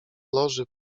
loży